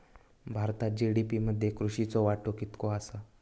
भारतात जी.डी.पी मध्ये कृषीचो वाटो कितको आसा?